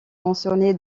mentionné